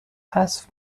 حذف